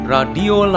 Radio